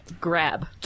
Grab